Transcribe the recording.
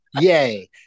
Yay